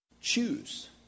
choose